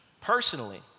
personally